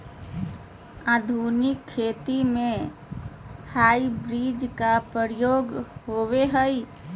आधुनिक खेती में हाइब्रिड बीज के प्रयोग होबो हइ